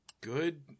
good